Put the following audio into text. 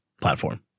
platform